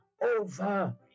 over